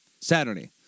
Saturday